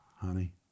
honey